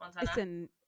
listen